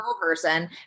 person